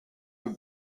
the